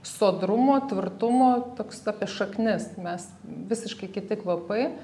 sodrumo tvirtumo toks apie šaknis mes visiškai kiti kvapai